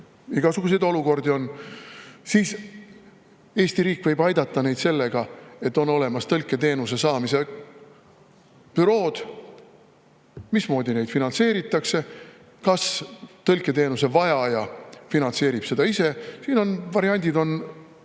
igasuguseid olukordi on –, siis Eesti riik võib aidata neid sellega, et on olemas tõlketeenuse saamise bürood. Mismoodi neid finantseeritakse, kas tõlketeenuse vajaja finantseerib seda ise – siin on variandid